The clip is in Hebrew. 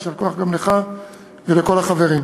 אז יישר כוח גם לך ולכל החברים.